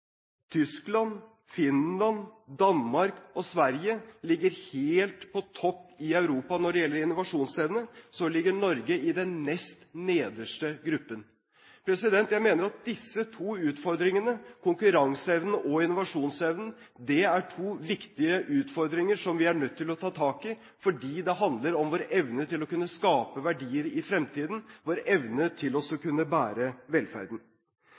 Tyskland, Finland, Danmark og Sverige ligger helt på topp i Europa når det gjelder innovasjonsevne, ligger Norge i den nest nederste gruppen. Jeg mener at disse to utfordringene, konkurranseevnen og innovasjonsevnen, er to viktige utfordringer som vi er nødt til å ta tak i, fordi det handler om vår evne til å kunne skape verdier i fremtiden, vår evne til å kunne bære velferden.